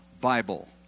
Bible